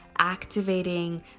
activating